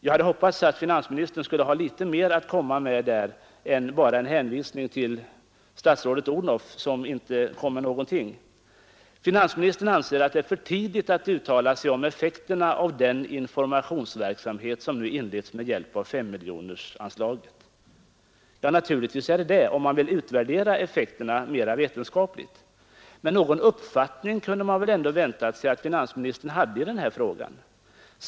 Jag hade hoppats att finansministern skulle ha litet mer att komma med där än bara en hänvisning till statsrådet Odhnoff, som inte kom med någonting alls. Finansministern anser att det är för tidigt att uttala sig om effekterna av den informationsverksamhet som nu inletts med hjälp av femmiljonersanslaget. Naturligtvis är det för tidigt, om man vill utvärdera effekterna mera vetenskapligt. Men någon uppfattning kunde man väl ändå vänta sig att finansministern hade i den här frågan.